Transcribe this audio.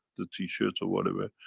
the t-shirts or whatever.